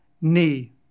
knee